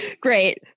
great